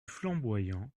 flamboyant